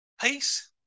Peace